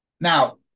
Now